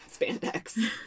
spandex